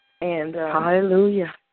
Hallelujah